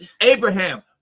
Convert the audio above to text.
Abraham